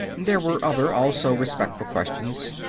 there were other, also-respectful questions.